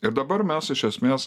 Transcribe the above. ir dabar mes iš esmės